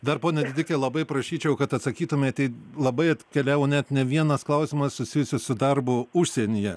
dar ponia didike labai prašyčiau kad atsakytumėte į labai atkeliavo net ne vienas klausimas susijusi su darbu užsienyje